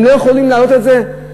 הם לא יכולים להעלות את זה?